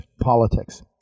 politics